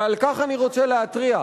ועל כך אני רוצה להתריע.